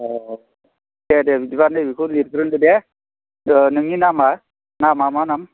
औ दे दे बिदिबा नैबेखौ लिरग्रोनि दे नोंनि नामा नामा मा नाम